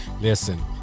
Listen